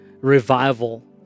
revival